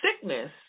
sickness